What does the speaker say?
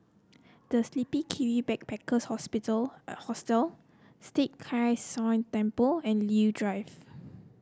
the Sleepy Kiwi Backpackers Hospital Hostel Tai Kak Seah Temple and Leo Drive